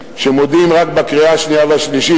שמודים רק בקריאה השנייה והשלישית,